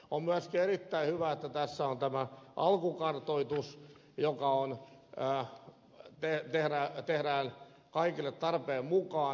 on myöskin erittäin hyvä että tässä on tämä alkukartoitus joka tehdään kaikille tarpeen mukaan